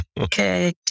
Okay